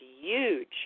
huge